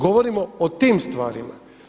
Govorimo o tim stvarima.